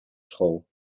school